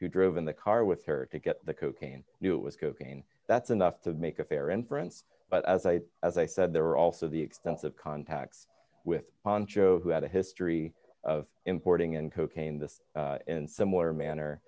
you drove in the car with her to get the cocaine knew it was cocaine that's enough to make a fair inference but as i as i said there were also the extensive contacts with poncho who had a history of importing and cocaine this in similar manner